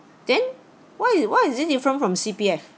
then why it why is it different from C_P_F